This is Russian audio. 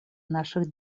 наших